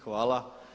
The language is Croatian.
Hvala.